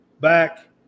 back